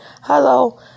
Hello